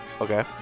Okay